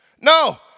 No